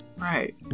Right